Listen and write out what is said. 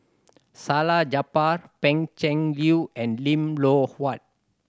Salleh Japar Pan Cheng Lui and Lim Loh Huat